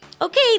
Okay